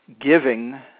giving